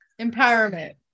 Empowerment